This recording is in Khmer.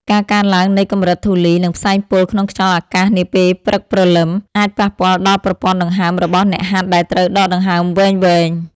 ការកើនឡើងនៃកម្រិតធូលី និងផ្សែងពុលក្នុងខ្យល់អាកាសនាពេលព្រឹកព្រលឹម អាចប៉ះពាល់ដល់ប្រព័ន្ធដង្ហើមរបស់អ្នកហាត់ដែលត្រូវដកដង្ហើមវែងៗ។